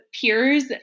peers